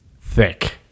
thick